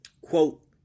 quote